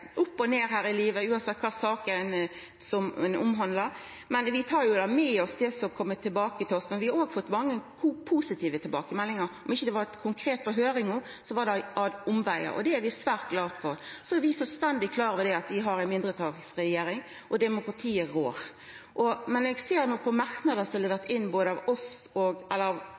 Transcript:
opp og ned her i livet uansett kva for saker dei omhandlar, men vi tar jo med oss det som har kome tilbake til oss. Men vi har òg fått mange positive tilbakemeldingar, og om det ikkje var konkret på høyringa, var det ad omvegar, og det er vi svært glade for. Så er vi fullstendig klar over at vi har ei mindretalsregjering, og demokratiet rår. Men når eg no ser på merknader som er levert av både regjeringspartia og opposisjonen, synest eg det er veldig godt og